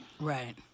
Right